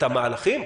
את המהלכים,